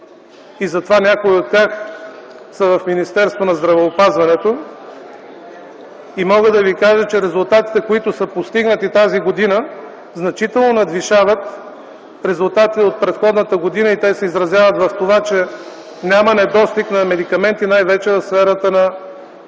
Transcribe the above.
и затова някои от тях са в Министерството на здравеопазването и мога да ви кажа, че резултатите, които са постигнати тази година, значително надвишават резултати от предходната година и се изразяват в това, че няма недостиг на медикаменти най-вече в сферата на